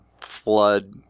flood